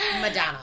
Madonna